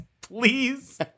please